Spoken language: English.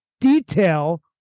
detail